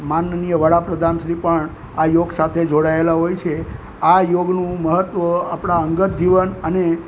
માનનીય વડાપ્રધાન શ્રી પણ આ યોગ સાથે જોડાયેલા હોય છે આ યોગનું મહત્ત્વ આપણા અંગત જીવન અને